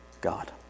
God